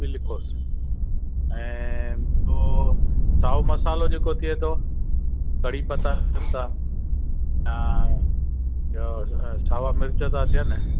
उहो बि लिखियोसि ऐं ॿियों साहो मसालो जेके थिए थो कढ़ी पत्ता अचनि था ऐं ॿियो सावा मिर्च ता थियनि